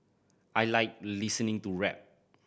I like listening to rap